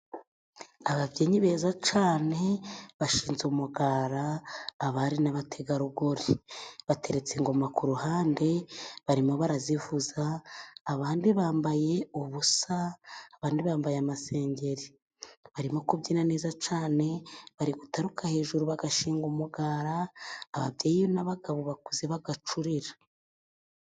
Ababyinnyi beza cyane, bashinze umugara abari n'abategarugori. Bateretse ingoma ku iruhande barimo barazivuza, abandi bambaye ubusa, abandi bambaye amasengeri. Barimo kubyina neza cyane, bari gutaruka hejuru bagashinga umugara, ababyeyi n'abagabo bakuze bo bagacurira.